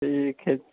ठीक है